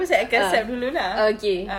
a'ah okay